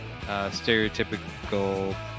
stereotypical